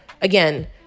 again